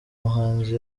muhanzi